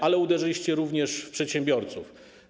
Ale uderzyliście również w przedsiębiorców.